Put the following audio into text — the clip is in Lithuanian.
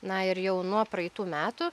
na ir jau nuo praeitų metų